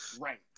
Right